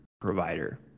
provider